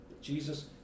Jesus